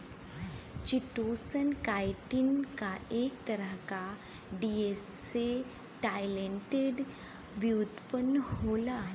chitosan, chitin क एक तरह क डीएसेटाइलेटेड व्युत्पन्न होला